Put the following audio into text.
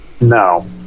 No